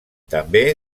també